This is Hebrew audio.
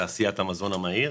לתעשיית המזון המהיר.